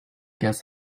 guess